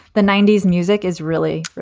the ninety s music is really,